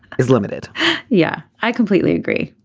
is limited yeah i completely agree.